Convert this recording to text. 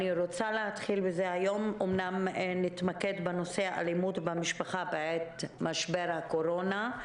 היום נתמקד בנושא אלימות במשפחה בעת משבר הקורונה.